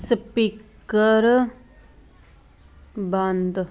speaker ਬੰਦ